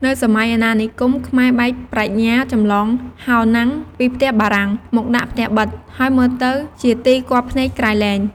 នៅសម័យអាណានិគម ខ្មែរបែកប្រាជ្ញាចម្លងហោណាំងពីផ្ទះបារាំងមកដាក់ផ្ទះប៉ិត ហើយមើលទៅជាទីគាប់ភ្នែកក្រៃលែង ។